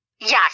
Yes